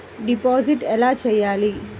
Deposit ఎలా చెయ్యాలి?